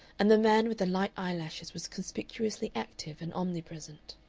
and the man with the light eyelashes was conspicuously active and omnipresent.